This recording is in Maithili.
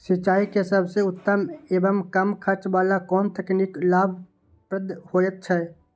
सिंचाई के सबसे उत्तम एवं कम खर्च वाला कोन तकनीक लाभप्रद होयत छै?